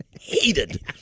hated